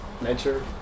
Nature